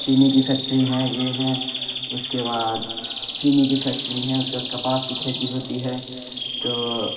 چینی کی فیکٹری ہیں یہ ہیں اس کے بعد چینی کی فیکٹری ہیں اس کے بعد کپاس کی کھیتی ہوتی ہے تو